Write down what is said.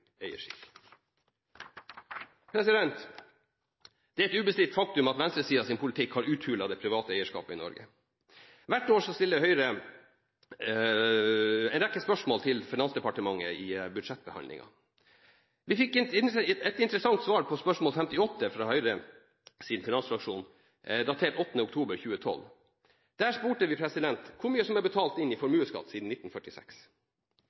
Det er et ubestridt faktum at venstresidens politikk har uthulet det private eierskapet i Norge. Hvert år stiller Høyre en rekke spørsmål til Finansdepartementet under budsjettbehandlingen. Vi fikk et interessant svar på spørsmål nr. 58 fra Høyres finansfraksjon, datert 8. oktober 2012. Her spør vi om hvor mye som er betalt inn i formuesskatt siden 1946,